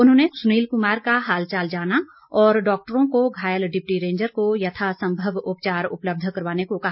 उन्होंने सुनील कुमार का हाल चाल जाना और डॉक्टरों को घायल डिप्टी रेंजर को यथासम्भव उपचार उपलब्ध करवाने को कहा